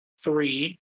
three